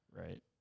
right